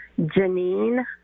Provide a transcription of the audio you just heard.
Janine